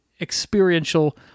experiential